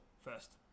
first